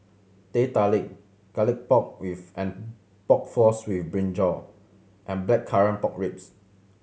Teh Tarik Garlic Pork and Pork Floss with brinjal and Blackcurrant Pork Ribs